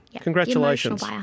Congratulations